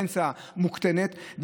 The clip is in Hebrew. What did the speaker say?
הפנסיה מוקטנת.